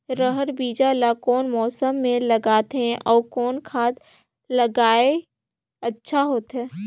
रहर बीजा ला कौन मौसम मे लगाथे अउ कौन खाद लगायेले अच्छा होथे?